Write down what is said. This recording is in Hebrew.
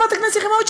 חברת הכנסת יחימוביץ,